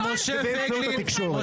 אבל אני חוזר ואומר: העלינו את הנקודה הזאת.